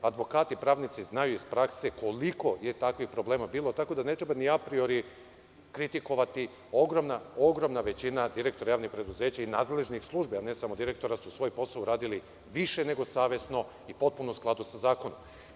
Advokati, pravnici, znaju iz prakse koliko je takvih problema bilo tako da ne treba ni apriori kritikovati jer je ogromna većina direktora javnih preduzeća i nadležnih službi, a ne samo direktora su svoj posao uradili više nego savesno i potpuno u skladu sa zakonom.